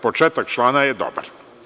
Početak člana je dobar.